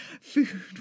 food